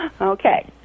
Okay